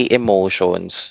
emotions